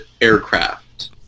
aircraft